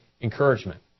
encouragement